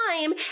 time